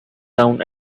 down